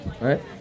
right